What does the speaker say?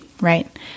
right